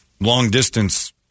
long-distance